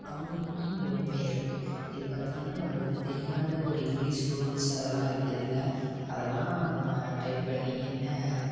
தானியங்கி மொழி பெயர்ப்பு இது பார்த்திங்கனா நம்மளுக்கு தெரியாத ஒரு இங்கிலீஷ் வேர்ட்ஸ் அதெல்லாம் இருக்கு இதில் அதெல்லாம் நம்ம டைப் பண்ணி என்ன